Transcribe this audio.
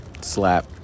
slap